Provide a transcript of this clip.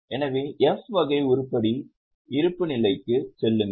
எனவே F வகை உருப்படிகளை இருப்புநிலைக்குச் செல்லுங்கள்